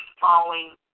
falling